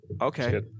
Okay